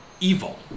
evil